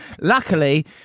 Luckily